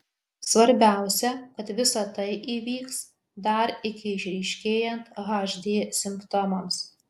svarbiausia kad visa tai įvyks dar iki išryškėjant hd simptomams